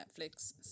Netflix